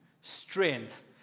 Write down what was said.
strength